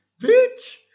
bitch